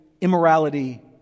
immorality